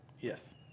Yes